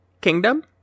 Kingdom